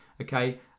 okay